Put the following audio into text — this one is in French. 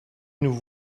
nous